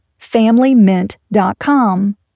FamilyMint.com